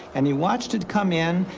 and he watched it come in.